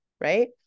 Right